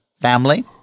family